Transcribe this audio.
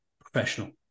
professional